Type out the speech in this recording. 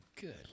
Good